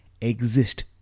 exist